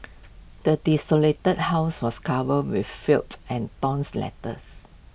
the desolated house was covered with felt and tons letters